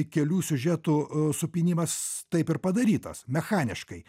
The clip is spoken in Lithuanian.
kelių siužetų supynimas taip ir padarytas mechaniškai